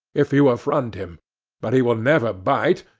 if you affront him but he will never bite,